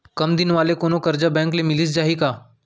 कम दिन वाले कोनो करजा बैंक ले मिलिस जाही का?